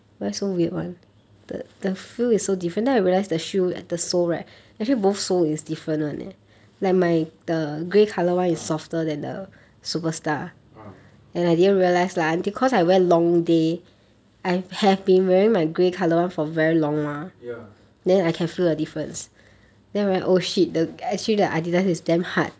ah ah ya